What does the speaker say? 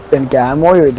and um are yeah